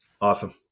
Awesome